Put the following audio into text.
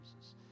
Jesus